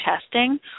testing